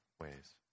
ways